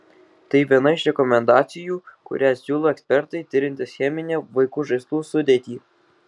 tai viena iš rekomendacijų kurią siūlo ekspertai tiriantys cheminę vaikų žaislų sudėtį